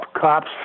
cops